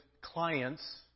clients